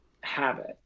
habit